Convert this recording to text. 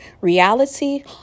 reality